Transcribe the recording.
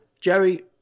Jerry